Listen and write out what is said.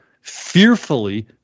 fearfully